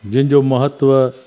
जंहिंजो महत्वु